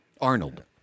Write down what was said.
Arnold